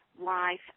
life